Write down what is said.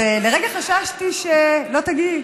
ולרגע חששתי שלא תגיעי,